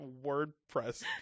WordPress